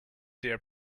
their